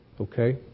okay